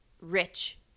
rich